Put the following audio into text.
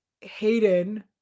Hayden